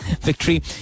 victory